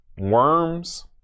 Worms